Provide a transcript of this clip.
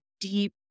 deep